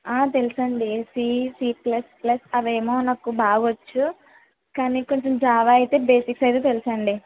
ఆ తెలుసండి C C plus plus అవేమో నాకు బాగా వచ్చు కానీ కొంచెం జావా అయితే బేసిక్స్ అయితే తెలుసండి